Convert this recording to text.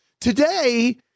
Today